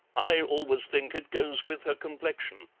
i always think it goes with her complexion.